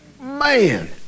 man